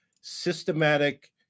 Systematic